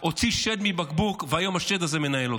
הוא הוציא שד מבקבוק, והיום השד הזה מנהל אותו.